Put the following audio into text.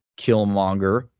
Killmonger